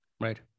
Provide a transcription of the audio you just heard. Right